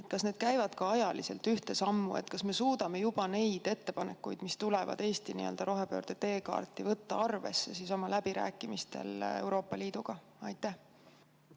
teekaart] käivad ka ajaliselt ühte sammu? Kas me suudame juba neid ettepanekuid, mis tulevad Eesti rohepöörde teekaarti, võtta arvesse läbirääkimistel Euroopa Liiduga? Aitäh,